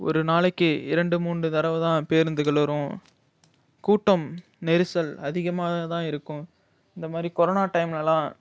ஒரு நாளைக்கு இரண்டு மூன்று தடவைதான் பேருந்துகள் வரும் கூட்டம் நெரிசல் அதிகமாக தான் இருக்கும் இந்த மாதிரி கொரோனா டைம்லலாம்